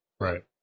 Right